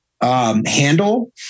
handle